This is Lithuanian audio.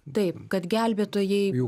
taip kad gelbėtojai